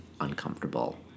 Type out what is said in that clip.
uncomfortable